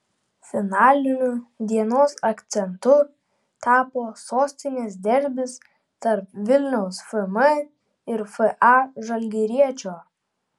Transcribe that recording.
finaliniu dienos akcentu tapo sostinės derbis tarp vilniaus fm ir fa žalgiriečio